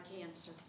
cancer